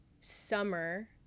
summer